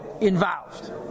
involved